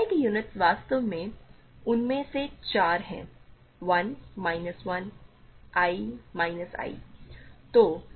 Z i के units वास्तव में उनमें से 4 हैं 1 माइनस 1 i माइनस i